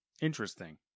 Interesting